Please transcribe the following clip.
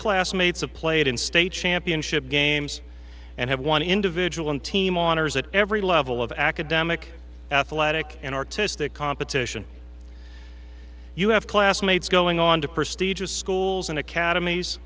classmates have played in state championship games and have one individual and team on ours at every level of academic athletic and artistic competition you have classmates going on to prestigious schools and academies